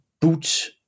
boots